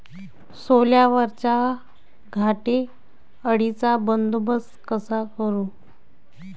सोल्यावरच्या घाटे अळीचा बंदोबस्त कसा करू?